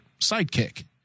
sidekick